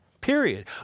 Period